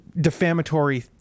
defamatory